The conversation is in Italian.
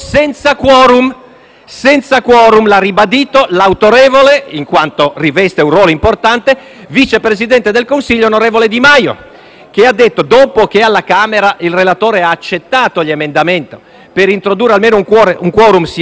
senza *quorum,* come ha ribadito l'autorevole (in quanto riveste un ruolo importante) vice presidente del Consiglio Di Maio, il quale, dopo che alla Camera il relatore ha accettato gli emendamenti volti a introdurre almeno un *quorum* (sia pure troppo basso),